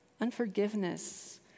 Unforgiveness